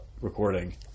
recording